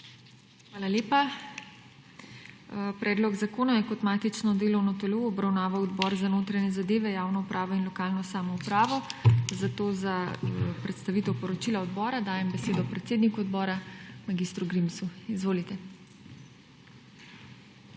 Hvala lepa. Predlog zakona je kot matično delovno telo obravnaval Odbor za notranje zadeve, javno upravo in lokalno samoupravo, zato za predstavitev poročila odbora dajem besedo predsedniku odbora mag. Grimsu. Izvolite.